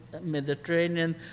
Mediterranean